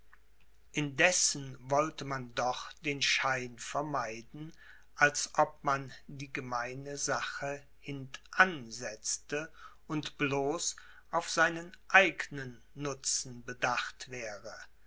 indessen wollte man doch den schein vermeiden als ob man die gemeine sache hintansetzte und bloß auf seinen eignen nutzen bedacht wäre